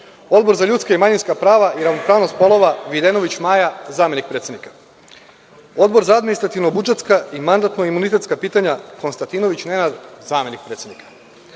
Odbor za ljudska i manjinska prava i ravnopravnost polova, Videnović Maja, zamenik predsednika. Odbor za administrativno-budžetska i mandtano-imunitetska pitanja, Konstantinović Nenad, zamenik predsednika.